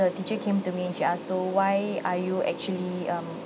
the teacher came to me and she ask so why are you actually um